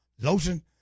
lotion